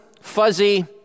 fuzzy